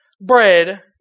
bread